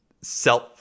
self